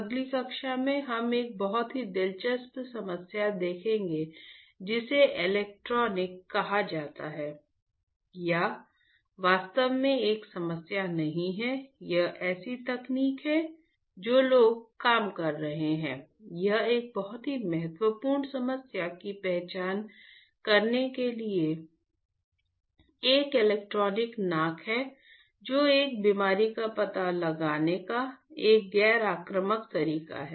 अगली कक्षा में हम एक बहुत ही दिलचस्प समस्या देखेंगे जिसे इलेक्ट्रॉनिक कहा जाता है या वास्तव में एक समस्या नहीं है एक ऐसी तकनीक जो लोग काम कर रहे हैं यह एक बहुत ही महत्वपूर्ण समस्या की पहचान करने के लिए एक इलेक्ट्रॉनिक नाक है जो एक बीमारी का पता लगाने का एक गैर आक्रामक तरीका है